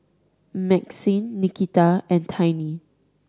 Maxine Nikita and Tiny